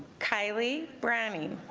kylie brandon